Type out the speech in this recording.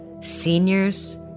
Seniors